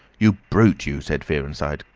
you brute, you! said fearenside,